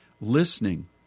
listening